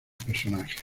personajes